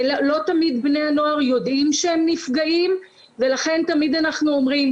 לא תמיד בני הנוער יודעים שהם נפגעים ולכן תמיד אנחנו אומרים,